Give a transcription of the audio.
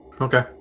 Okay